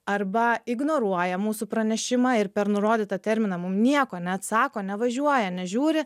arba ignoruoja mūsų pranešimą ir per nurodytą terminą mum nieko neatsako nevažiuoja nežiūri